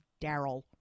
Daryl